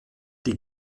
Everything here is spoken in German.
die